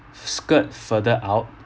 skirt further out